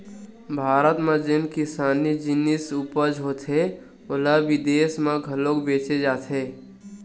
भारत म जेन किसानी जिनिस उपज होथे ओला बिदेस म घलोक भेजे जाथे